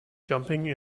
jumping